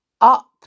up